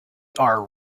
are